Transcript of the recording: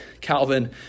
Calvin